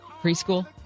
Preschool